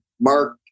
Mark